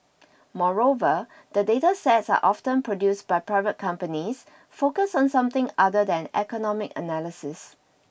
moreover the data sets are often produced by private companies focused on something other than economic analysis